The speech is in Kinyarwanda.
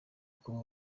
kubo